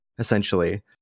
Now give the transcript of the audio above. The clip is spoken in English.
Essentially